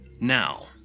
Now